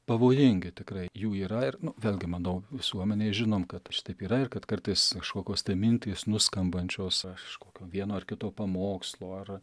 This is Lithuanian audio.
pavojingi tikrai jų yra ir vėlgi manau visuomenėj žinom kad šitaip yra ir kad kartais kažkokios tai mintys nuskambančios a iš kokio vieno ar kito pamokslo ar